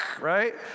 right